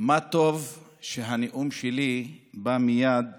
מה טוב שהנאום שלי בא מייד